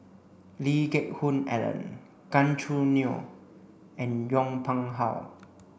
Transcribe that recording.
Lee Geck Hoon Ellen Gan Choo Neo and Yong Pung How